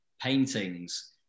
paintings